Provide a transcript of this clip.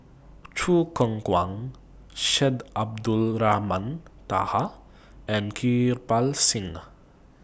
Choo Keng Kwang Syed Abdulrahman Taha and Kirpal Singh